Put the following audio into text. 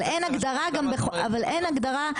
גם אבל אין הגדרה,